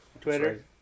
twitter